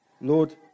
Lord